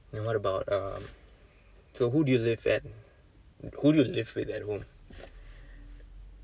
then what about um so who do you live at who do you live with at home